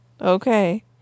Okay